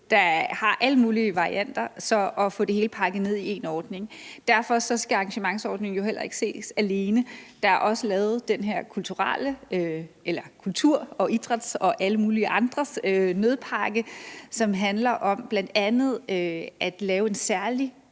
der har alle mulige varianter, at få det hele pakket ned i én ordning. Derfor skal arrangementsordningen jo heller ikke ses isoleret. Der er også lavet den her nødpakke for kultur og idræt og alt muligt andet, som bl.a. handler om at give en særlig